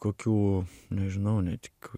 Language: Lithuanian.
kokių nežinau net